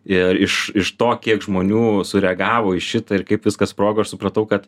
ir iš iš to kiek žmonių sureagavo į šitą ir kaip viskas sprogo ir supratau kad